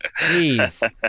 jeez